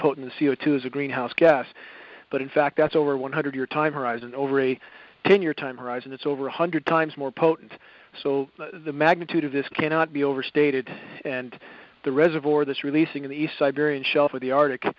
potent c o two is a greenhouse gas but in fact that's over one hundred year time horizon over a ten year time horizon it's over one hundred times more potent so the magnitude of this cannot be overstated and the reservoir this releasing the siberian shelf of the arctic